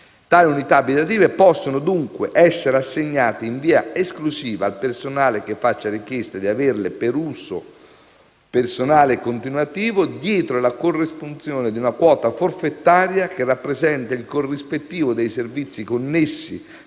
Tali unità abitative possono, dunque, essere assegnate in via esclusiva al personale che faccia richiesta di averle per un uso personale e continuativo, dietro la corresponsione di una quota forfettaria, che rappresenta il corrispettivo dei servizi connessi